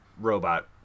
robot